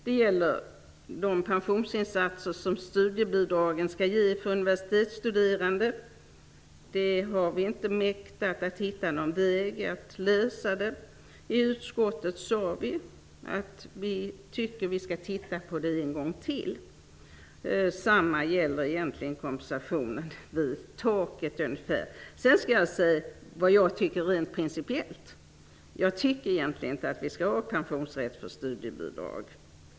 Det gäller de pensionsinsatser som studiebidragen skall ge för universitetsstuderande. Vi har inte mäktat att hitta någon väg att lösa den frågan. I utskottet sade vi att vi skall se på frågan en gång till. Detsamma gäller kompensationen nära pensionstaket. Rent principiellt anser jag att det inte skall finnas någon pensionsrätt för studiebidrag.